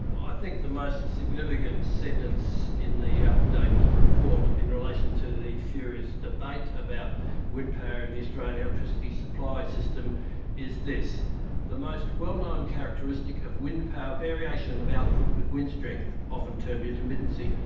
i think the most significant sentence in the update report in relation to the furious debate about wind power in the australian electricity supply system is this the most well known characteristic of wind power variation of output with wind strength, often termed intermittency,